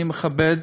אני מכבד,